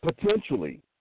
Potentially